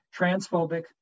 transphobic